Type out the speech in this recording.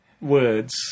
Words